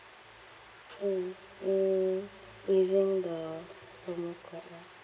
mm mm using the promo code lah